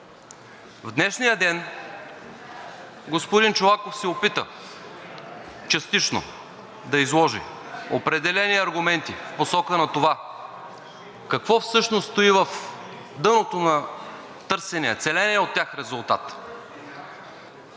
В днешния ден господин Чолаков се опита частично да изложи определени аргументи в посока на това какво всъщност стои в дъното на търсения, целения от тях резултат.